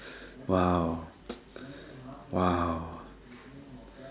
!wow! !wow!